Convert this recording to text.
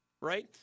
right